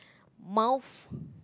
mouth